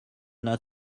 not